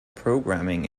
programming